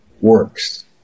works